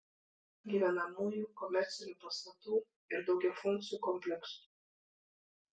gyvenamųjų komercinių pastatų ir daugiafunkcių kompleksų